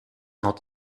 not